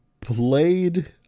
played